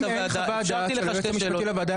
אם אין חוות דעת של היועץ המשפטי לוועדה,